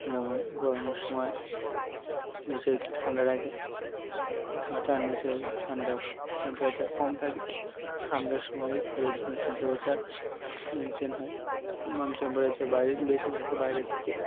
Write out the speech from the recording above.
যেমন গরমের সময় নিচে কি ঠান্ডা রাখে তার নিচে ঠান্ডা টেম্পারেচার কম থাকে ঠান্ডার সময় ঘরের জন্য টেম্পারেচার মেনটেন হয় ম টেম্পারেচার বাইরে বেশি থাকে বাইরের থেকে